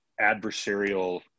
adversarial